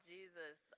Jesus